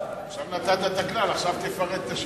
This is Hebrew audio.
עכשיו נתת את הכלל, עכשיו תפרט את השמות.